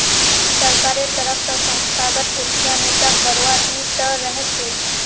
सरकारेर तरफ स संस्थागत उद्यमिताक बढ़ावा दी त रह छेक